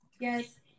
yes